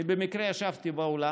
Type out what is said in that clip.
אני במקרה ישבתי באולם,